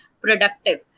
productive